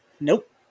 Nope